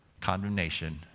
condemnation